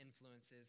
influences